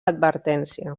advertència